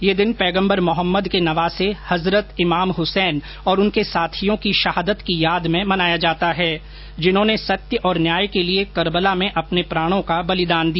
यह दिन पैगंबर मोहम्मद के नवासे हजरत इमाम हुसैन और उनके साथियों की शहादत की याद में मनाया जाता है जिन्होंने सत्य और न्याय के लिए कर्बला में ॅअपने प्राणों का बलिदान दिया